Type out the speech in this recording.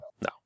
No